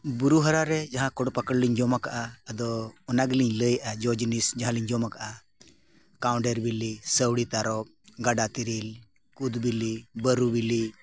ᱵᱩᱨᱩ ᱦᱟᱨᱟ ᱨᱮ ᱡᱟᱦᱟᱸ ᱯᱷᱚᱞ ᱯᱟᱠᱚᱲ ᱞᱤᱧ ᱡᱚᱢ ᱟᱠᱟᱫᱼᱟ ᱟᱫᱚ ᱚᱱᱟᱜᱮᱞᱤᱧ ᱞᱟᱹᱭᱮᱜᱼᱟ ᱡᱚ ᱡᱤᱱᱤᱥ ᱡᱟᱦᱟᱸᱞᱤᱧ ᱡᱚᱢ ᱠᱟᱜᱼᱟ ᱠᱟᱣᱰᱮᱨ ᱵᱤᱞᱤ ᱥᱟᱹᱣᱲᱤ ᱛᱟᱨᱚᱯ ᱜᱟᱰᱟ ᱛᱮᱨᱮᱞ ᱠᱩᱫ ᱵᱤᱞᱤ ᱵᱟᱨᱩ ᱵᱤᱞᱤ